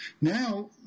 Now